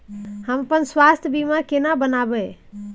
हम अपन स्वास्थ बीमा केना बनाबै?